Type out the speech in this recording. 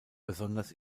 besonders